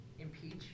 impeach